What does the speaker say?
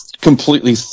completely